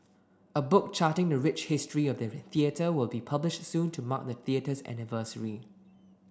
a book charting the rich history of the theatre will be published soon to mark the theatre's anniversary